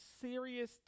serious